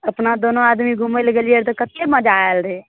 अपना दोनो आदमी घुमय लए गेलियै रहऽ तऽ कते मजा आयल रहय